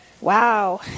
Wow